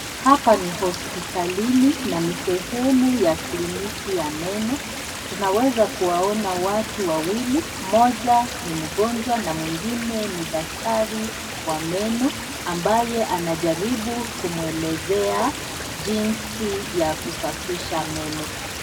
Hapa ni hospitalini na ni sehemu ya kliniki ya meno tunaweza kuwaona watu wawili mmoja ni mgonjwa na mwingine ni daktari wa meno ambaye anajaribu kumwelezea jinsi ya kusafisha meno.